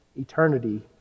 eternity